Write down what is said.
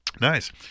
Nice